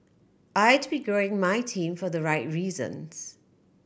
I'd be growing my team for the right reasons